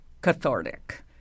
cathartic